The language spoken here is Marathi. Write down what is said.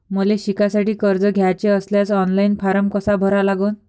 मले शिकासाठी कर्ज घ्याचे असल्यास ऑनलाईन फारम कसा भरा लागन?